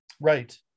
Right